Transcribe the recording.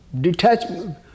detachment